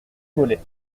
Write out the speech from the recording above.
mollet